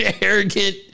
arrogant